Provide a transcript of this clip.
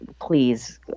please